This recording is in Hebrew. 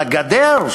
על הגדר,